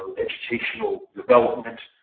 educational development.